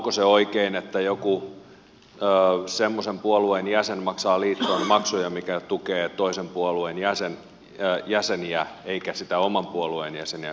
onko se oikein että joku semmoisen puolueen jäsen maksaa liittoon maksuja mikä tukee toisen puolueen jäseniä eikä niitä oman puolueen jäseniä